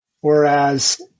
whereas